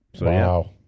Wow